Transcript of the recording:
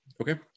Okay